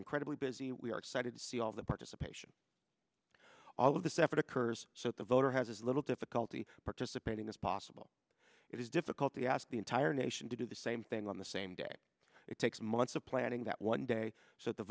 incredibly busy we are excited to see all the participation all of this effort occurs so the voter has as little difficulty participating as possible it is difficult the ask the entire nation to do the same thing on the same day it takes months of planning that one day so th